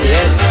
Yes